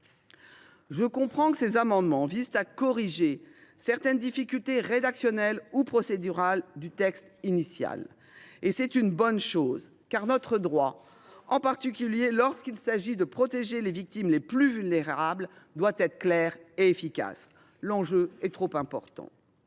Je comprends que ces amendements visent à corriger certaines difficultés rédactionnelles et procédurales du texte initial et c’est positif, car notre droit, en particulier lorsqu’il s’agit de protéger les victimes les plus vulnérables, doit être clair et efficace. L’enjeu est trop important.